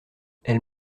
elle